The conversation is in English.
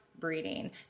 Breeding